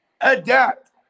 adapt